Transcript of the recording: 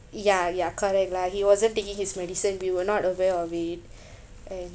ya ya correct lah he wasn't taking his medicine we were not aware of it and